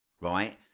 right